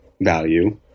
value